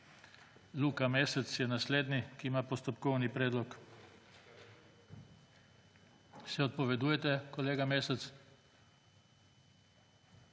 Luka Mesec je naslednji, ki ima postopkovni predlog. Se odpovedujete, kolega Mesec?